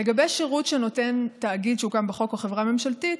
לגבי שירות שנותן תאגיד שהוקם בחוק או חברה ממשלתית,